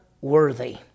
worthy